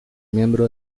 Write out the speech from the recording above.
miembro